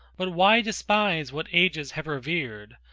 but why despise what ages have revered?